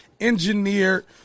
engineered